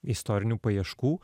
istorinių paieškų